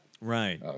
Right